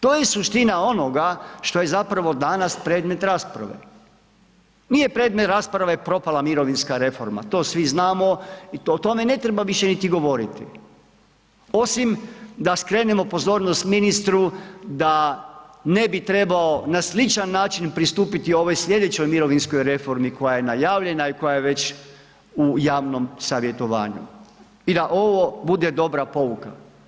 To je suština onoga što je zapravo danas predmet rasprave, nije predmet rasprave propala mirovinska reforma, to svi znamo, o tome ne treba više niti govoriti, osim da skrenemo pozornost ministru da ne bi trebao na sličan način pristupiti ovoj slijedećoj mirovinskoj reformi koja je najavljena i koja je već u javnom savjetovanju i da ovo bude dobra pouka.